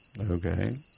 Okay